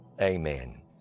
amen